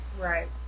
Right